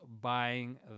buying